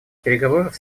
переговоров